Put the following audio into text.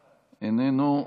איננו,